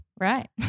Right